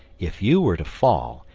if you were to fall,